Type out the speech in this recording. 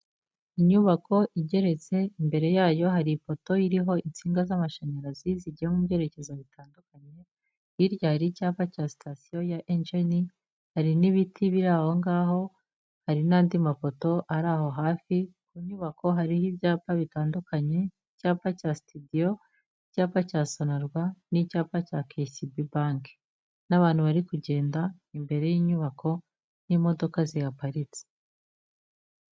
Inyubako igeretse, imbere yayo hari ipoto iriho insinga z'amashanyarazi zigiye mu byerekezo bitandukanye, hirya hari icyapa cya sitasiyo ya engini, hari n'ibiti biri aho ngaho, hari n'andi mapoto ari aho hafi, ku nyubako hariho ibyapa bitandukanye, icyapa cya studio, icyapa cya SONARWA, n'icyapa cya KCB bank. N'abantu bari kugenda imbere y'inyubako, n'imodoka zihaparitse.